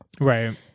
right